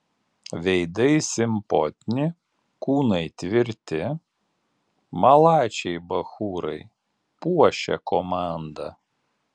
veidai simpotni kūnai tvirti malačiai bachūrai puošia komandą